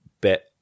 bit